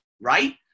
right